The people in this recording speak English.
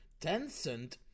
Tencent